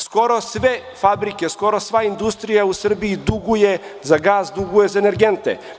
Skoro sve fabrike, skoro sva industrija u Srbiji duguje za gas, duguje za energente.